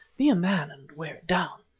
be a man and wear it down.